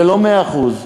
זה לא מאה אחוז.